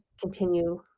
continue